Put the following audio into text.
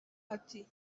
ati